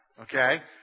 okay